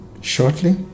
shortly